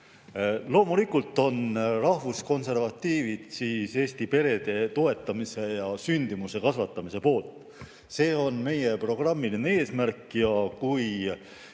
Loomulikult on rahvuskonservatiivid Eesti perede toetamise ja sündimuse kasvatamise poolt. See on meie programmiline eesmärk ja kui